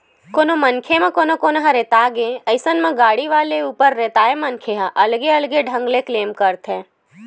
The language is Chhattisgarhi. कोनो मनखे म कोनो कोनो ह रेता गे अइसन म गाड़ी वाले ऊपर रेताय मनखे ह अलगे अलगे ढंग ले क्लेम करथे